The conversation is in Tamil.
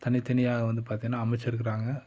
தனித்தனியாக வந்து பார்த்திங்கன்னா அமைச்சிருக்குறாங்க